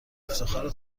افتخار